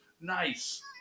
Nice